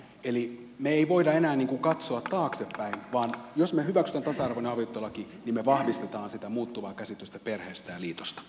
eli me emme voi enää katsoa taaksepäin vaan jos me hyväksymme tasa arvoisen avioliittolain niin me vahvistamme sitä muuttuvaa käsitystä perheestä ja liitosta